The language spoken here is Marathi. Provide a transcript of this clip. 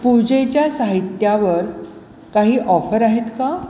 पुजेच्या साहित्यावर काही ऑफर आहेत का